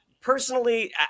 Personally